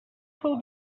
fou